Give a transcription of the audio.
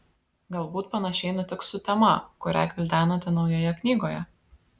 galbūt panašiai nutiks su tema kurią gvildenate naujoje knygoje